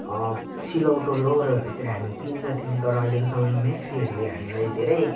सिलौटो लोहोरोहरूतिर हामी पिस्दथ्यौँ तर अहिलेको समयमा मिक्सीहरूले हामीलाई धेरै